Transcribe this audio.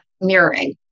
mirroring